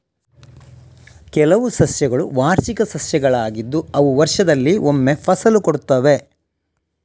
ಕೆಲವು ಸಸ್ಯಗಳು ವಾರ್ಷಿಕ ಸಸ್ಯಗಳಾಗಿದ್ದು ಅವು ವರ್ಷದಲ್ಲಿ ಒಮ್ಮೆ ಫಸಲು ಕೊಡ್ತವೆ